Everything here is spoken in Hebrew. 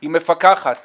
היא מפקחת עלינו,